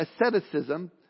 asceticism